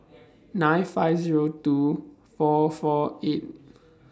nine five Zero two four four eight